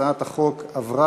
הצעת החוק עברה,